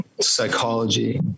psychology